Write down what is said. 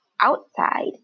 outside